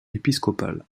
épiscopal